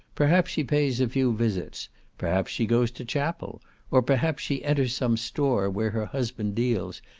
perhaps she pays a few visits perhaps she goes to chapel or, perhaps, she enters some store where her husband deals,